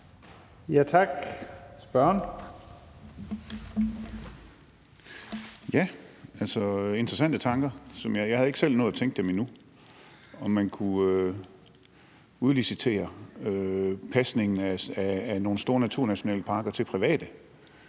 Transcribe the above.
Gejl (ALT): Ja, det er interessante tanker, som jeg ikke selv havde nået at tænke endnu – om man kunne udlicitere pasningen af nogle store naturnationalparker til private.